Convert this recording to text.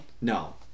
No